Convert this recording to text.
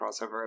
crossover